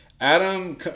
Adam